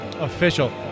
Official